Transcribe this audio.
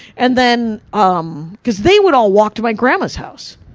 and then um, because they would all walk to my grandma's house.